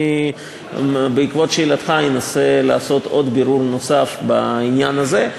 אבל בעקבות שאלתך אני אנסה לעשות בירור נוסף בעניין הזה.